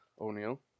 O'Neal